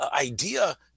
idea